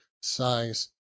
size